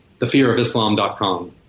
thefearofislam.com